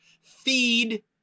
feed